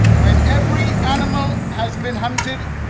when every animal has been hunted,